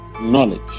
knowledge